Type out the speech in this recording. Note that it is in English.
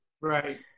Right